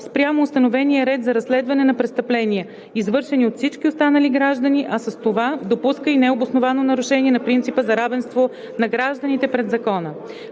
спрямо установения ред за разследване на престъпления, извършени от всички останали граждани, а с това допуска и необосновано нарушение на принципа за равенство на гражданите пред закона.